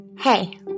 Hey